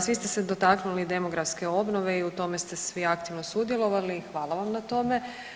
Svi ste se dotaknuli demografske obnove i u tome ste svi aktivno sudjelovali i hvala vam na tome.